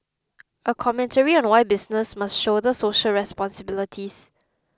a commentary on why businesses must shoulder social responsibilities